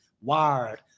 wired